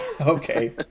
Okay